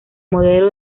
modelo